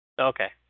Okay